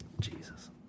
Jesus